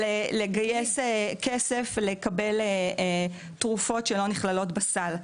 לגייס כסף לקבל תרופות שלא נכללות בסל,